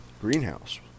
greenhouse